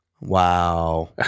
Wow